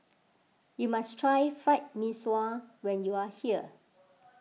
you must try Fried Mee Sua when you are here